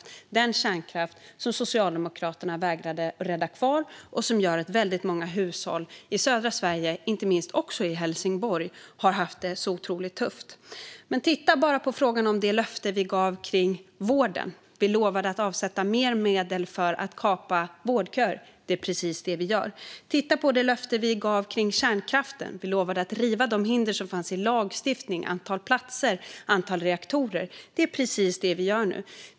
Det handlar om den kärnkraft som Socialdemokraterna vägrade rädda kvar och som gör att väldigt många hushåll i södra Sverige - inte minst i Helsingborg - har haft det otroligt tufft. Titta bara på det löfte vi gav kring vården! Vi lovade att avsätta mer medel till att kapa vårdköer, och det är precis det vi gör. Titta på det löfte vi gav kring kärnkraften! Vi lovade att riva de hinder som finns vad gäller lagstiftning, antal platser och antal reaktorer, och det är precis det vi gör nu.